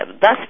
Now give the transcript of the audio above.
Thus